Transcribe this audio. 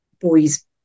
boys